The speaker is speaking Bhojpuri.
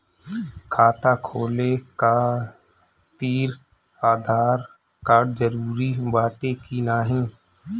खाता खोले काहतिर आधार कार्ड जरूरी बाटे कि नाहीं?